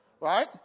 right